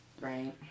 right